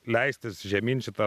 leistis žemyn šita